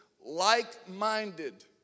like-minded